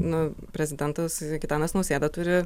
nu prezidentas gitanas nausėda turi